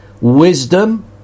Wisdom